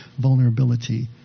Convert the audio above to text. vulnerability